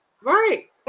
right